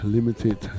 Limited